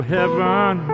Heaven